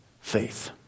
faith